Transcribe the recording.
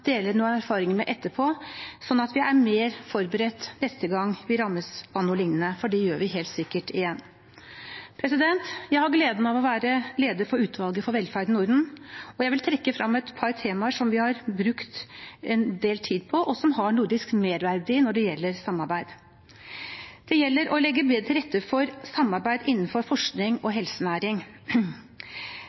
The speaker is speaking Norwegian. etterpå, sånn at vi er mer forberedt neste gang vi rammes av noe lignende, for det gjør vi helt sikkert igjen. Jeg har gleden av å være leder for utvalget for velferd i Norden, og jeg vil trekke frem et par temaer som vi har brukt en del tid på, og som har nordisk merverdi når det gjelder samarbeid. Det gjelder å legge bedre til rette for samarbeid innenfor forskning og helsenæring.